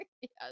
yes